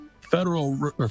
federal